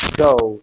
Go